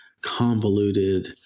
convoluted